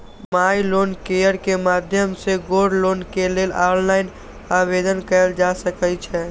माइ loan care के माध्यम सं गोल्ड लोन के लेल ऑनलाइन आवेदन कैल जा सकै छै